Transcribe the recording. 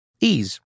Ease